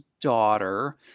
daughter